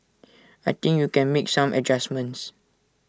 I think you can make some adjustments